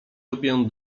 lubię